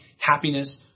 happiness